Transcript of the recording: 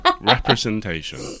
representation